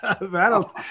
That'll